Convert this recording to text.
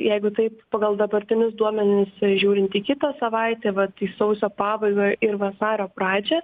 jeigu taip pagal dabartinius duomenis žiūrint į kitą savaitę vat į sausio pabaigą ir vasario pradžią